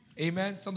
Amen